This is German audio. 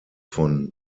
von